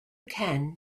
can